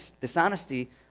dishonesty